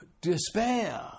despair